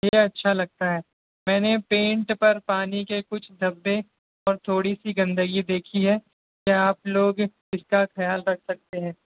یہ اچھا لگتا ہے میں نے پینٹ پر پانی کے کچھ دھبے اور تھوڑی سی گندگی دیکھی ہے کیا آپ لوگ اس کا خیال رکھ سکتے ہیں